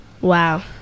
Wow